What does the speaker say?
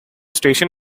station